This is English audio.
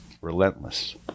Relentless